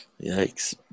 Yikes